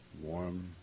warm